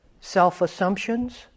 self-assumptions